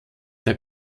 der